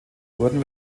wurden